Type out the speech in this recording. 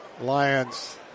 Lions